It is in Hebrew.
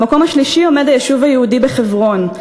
במקום השלישי עומד היישוב היהודי בחברון,